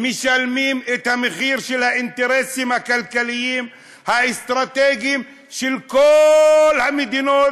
משלמים את המחיר של האינטרסים הכלכליים האסטרטגיים של כל המדינות,